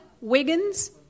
Wiggins